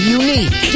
unique